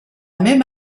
même